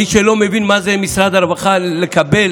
מי שלא מבין מה זה משרד הרווחה, לקבל